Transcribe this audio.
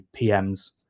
PMs